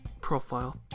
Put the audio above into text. profile